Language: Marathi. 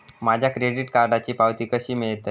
माझ्या क्रेडीट कार्डची पावती कशी मिळतली?